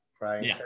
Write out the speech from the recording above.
Right